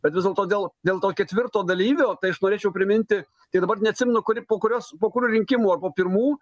bet vis dėlto dėl dėl to ketvirto dalyvio tai aš norėčiau priminti tik dabar neatsimenu kuri po kurios po kurių rinkimų ar po pirmų